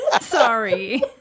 Sorry